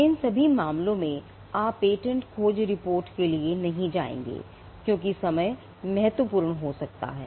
इन सभी मामलों में आप पेटेंट खोज रिपोर्ट के लिए नहीं जाएंगे क्योंकि समय महत्वपूर्ण हो सकता है